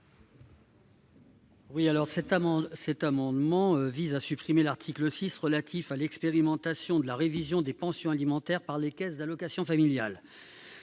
? Cet amendement vise à supprimer l'article 6, relatif à l'expérimentation de la révision des pensions alimentaires par les caisses d'allocations familiales,